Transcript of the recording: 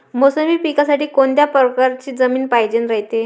मोसंबी पिकासाठी कोनत्या परकारची जमीन पायजेन रायते?